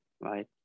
right